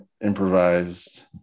improvised